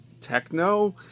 techno